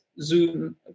Zoom